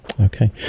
okay